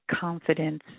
confidence